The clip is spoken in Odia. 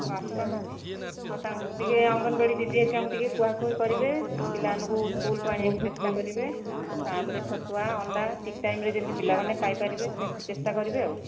ଓ ଆସିପାରୁନାହାନ୍ତି ହେଉ ତାଙ୍କୁ ଟିକିଏ ଅଙ୍ଗନବାଡ଼ି ଦିଦି ହେରିକାଙ୍କୁ ଟିକିଏ କୁହାକୁହି କରିବେ ପିଲାମାନଙ୍କୁ ସ୍କୁଲକୁ ଆଣିବାକୁ ଚେଷ୍ଟା କରିବେ ତାପରେ ଛତୁଆ ଅଣ୍ଡା ଠିକ୍ ଟାଇମରେ ଯେମିତି ପିଲାମାନେ ପାଇପାରିବେ ସେମତି ଚେଷ୍ଟା କରିବେ ଆଉ